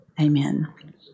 Amen